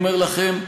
אומר שוב,